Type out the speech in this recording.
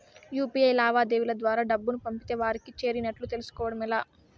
UPI లావాదేవీల ద్వారా డబ్బులు పంపితే వారికి చేరినట్టు తెలుస్కోవడం ఎలా?